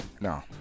No